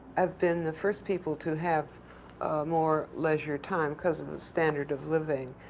have been the first people to have more leisure time, because of the standard of living?